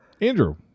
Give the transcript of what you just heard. Andrew